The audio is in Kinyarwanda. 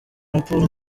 raporo